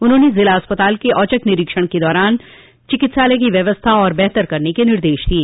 उन्होंने जिला अस्पताल के औचक निरीक्षण के दौरान चिकित्सालय की व्यवस्था और बेहतर करने के निर्देश दिये